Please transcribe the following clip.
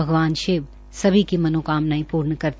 भगवान शिव सभी की मनोकामनाएं पूर्ण करते हैं